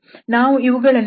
ನಾವು ಇವುಗಳನ್ನು ಸೇರಿಸಬಹುದು